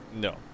No